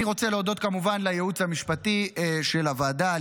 אני רוצה להודות כמובן לייעוץ המשפטי של הוועדה,